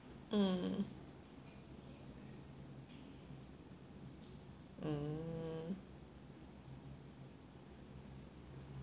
mm mm